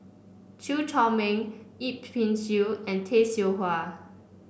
Chew Chor Meng Yip Pin Xiu and Tay Seow Huah